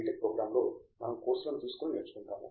tech ప్రోగ్రామ్లో మనం కోర్సులని తీసుకొని నేర్చుకుంటాము